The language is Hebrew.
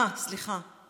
אה, סליחה.